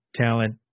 talent